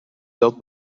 telt